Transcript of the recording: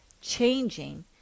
changing